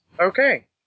okay